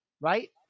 right